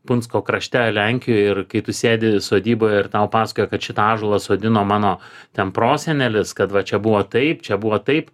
punsko krašte lenkijoj ir kai tu sėdi sodyboje ir tau pasakoja kad šitą ąžuolą sodino mano ten prosenelis kad va čia buvo taip čia buvo taip